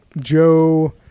Joe